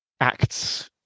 acts